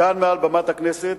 כאן מעל במת הכנסת,